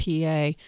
PA